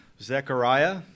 Zechariah